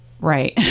Right